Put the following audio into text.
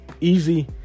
easy